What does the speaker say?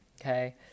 okay